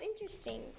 interesting